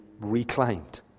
reclaimed